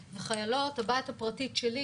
הבת הפרטית שלי,